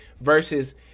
versus